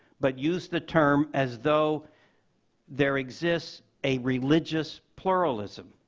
but used the term as though there exists a religious pluralism.